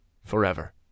forever